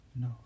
No